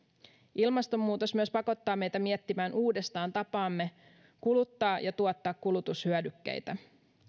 ilmastonmuutos myös pakottaa meitä miettimään uudestaan tapaamme kuluttaa ja tuottaa kulutushyödykkeitä